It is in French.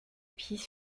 pies